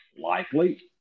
Likely